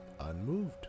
unmoved